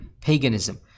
paganism